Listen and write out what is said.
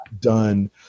done